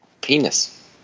penis